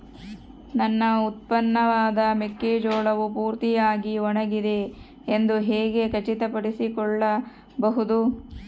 ನನ್ನ ಉತ್ಪನ್ನವಾದ ಮೆಕ್ಕೆಜೋಳವು ಪೂರ್ತಿಯಾಗಿ ಒಣಗಿದೆ ಎಂದು ಹೇಗೆ ಖಚಿತಪಡಿಸಿಕೊಳ್ಳಬಹುದು?